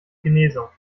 genesung